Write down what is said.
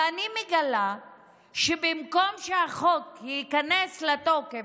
ואני מגלה שבמקום שהחוק ייכנס לתוקף